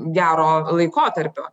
gero laikotarpio